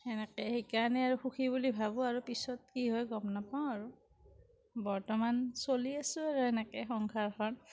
সেনেকে সেইকাৰণে আৰু সুখী বুলি ভাবোঁ আৰু পিছত কি হয় গম নাপাওঁ আৰু বৰ্তমান চলি আছোঁ আৰু এনেকেই সংসাৰখন